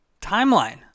timeline